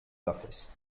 office